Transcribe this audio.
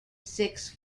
six